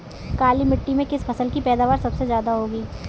काली मिट्टी में किस फसल की पैदावार सबसे ज्यादा होगी?